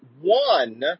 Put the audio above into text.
one